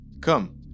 Come